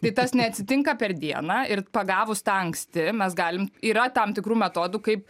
tai tas neatsitinka per dieną ir pagavus tą anksti mes galim yra tam tikrų metodų kaip